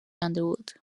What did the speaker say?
underwood